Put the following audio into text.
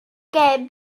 gêm